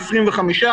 25,